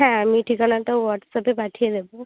হ্যাঁ আমি ঠিকানাটা হোয়াটসঅ্যাপে পাঠিয়ে দেবো